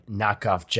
knockoff